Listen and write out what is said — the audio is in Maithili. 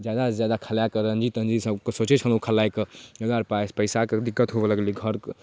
जादासँ जादा खेलाए पड़ै रणजी तणजी सबके सोचै छलहुँ खेलाइके हमरा पास पइसाके दिक्कत हुअऽ लगलै घरके